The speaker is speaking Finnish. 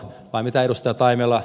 vai mitä edustaja taimela